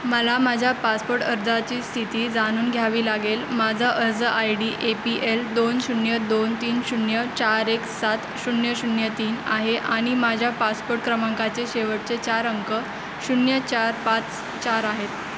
मला माझ्या पासपोट अर्जाची स्थिती जाणून घ्यावी लागेल माझा अर्ज I D A P L दोन शून्य दोन तीन शून्य चार एक सात शून्य शून्य तीन आहे आणि माझ्या पासपोट क्रमांकाचे शेवटचे चार अंक शून्य चार पाच चार आहेत